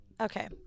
Okay